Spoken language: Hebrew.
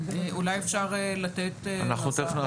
אנחנו תיכף נעשה הפסקה וניתן להם לארגן לנו את זה.